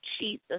Jesus